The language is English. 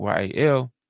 yal